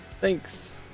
Thanks